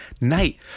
night